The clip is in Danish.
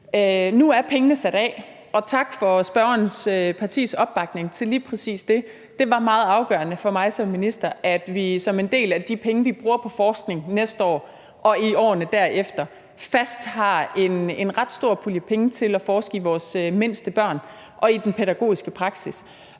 nu er pengene sat af – og tak for spørgerens partis opbakning til lige præcis det. Det var meget afgørende for mig som minister, at en del af de penge, vi bruger på forskning næste år og i årene derefter, fast afsættes – en ret stor pulje penge – til at forske i vores mindste børn og i den pædagogiske praksis.